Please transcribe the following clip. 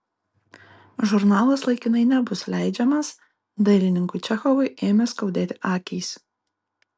žurnalas laikinai nebus leidžiamas dailininkui čechovui ėmė skaudėti akys